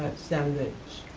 sand ridge,